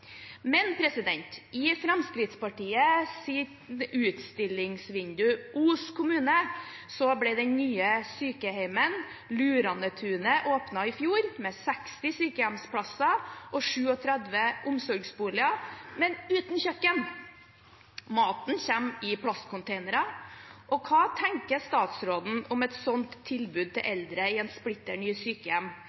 i Fremskrittspartiets utstillingsvindu, Os kommune, ble det nye sykehjemmet, Luranetunet, åpnet i fjor, med 60 sykehjemsplasser og 37 omsorgsboliger, men uten kjøkken. Maten kommer i plastkonteinere. Hva tenker statsråden om et sånt tilbud til eldre i et splitter nytt sykehjem?